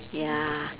ya